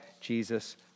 Jesus